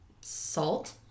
salt